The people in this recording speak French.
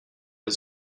les